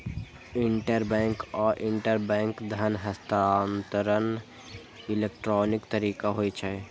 interbank आ intrabank धन हस्तांतरण इलेक्ट्रॉनिक तरीका होइ छै